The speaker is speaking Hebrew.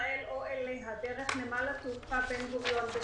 עלה מספר הנוסעים מישראל או אליה דרך נמל התעופה בן גוריון,